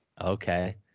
Okay